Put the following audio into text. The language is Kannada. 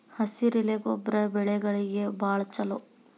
ಹಸಿರೆಲೆ ಗೊಬ್ಬರ ಬೆಳೆಗಳಿಗೆ ಬಾಳ ಚಲೋ